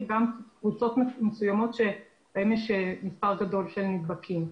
קבוצות מסוימות שיש בהן מספר גדול של נדבקים.